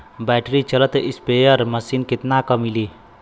Battery चलत sprayer machine कितना क मिली?